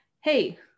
hey